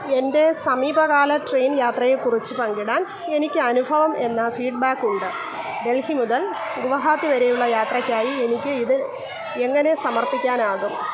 എൻ്റെ സമീപകാല ട്രെയിൻ യാത്രയെക്കുറിച്ച് പങ്കിടാൻ എനിക്ക് അനുഭവം എന്ന ഫീഡ് ബാക്കുണ്ട് ഡൽഹി മുതൽ ഗുവാഹത്തി വരെയുള്ള യാത്രയ്ക്കായി എനിക്ക് ഇത് എങ്ങനെ സമർപ്പിക്കാനാകും